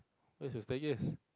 where is your staircase